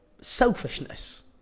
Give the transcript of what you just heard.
selfishness